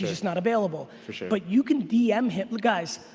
cause he's not available. for sure. but you can dm him, guys.